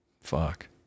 Fuck